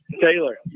Taylor